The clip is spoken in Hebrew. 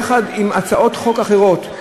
יחד עם הצעות חוק אחרות,